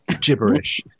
gibberish